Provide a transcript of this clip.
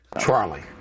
Charlie